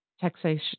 taxation